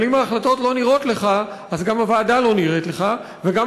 אבל אם ההחלטות לא נראות לך אז גם הוועדה לא נראית לך וגם